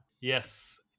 Yes